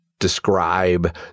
describe